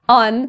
on